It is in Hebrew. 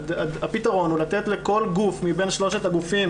הפתרון הוא לתת לכל גוף מבין שלושת הגופים